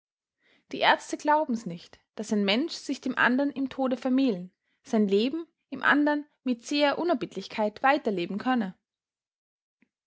die ärzte glauben's nicht daß ein mensch sich dem andern im tode vermählen sein leben im andern mit zäher unerbittlichkeit weiter leben könne